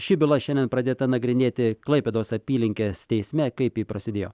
ši byla šiandien pradėta nagrinėti klaipėdos apylinkės teisme kaip ji prasidėjo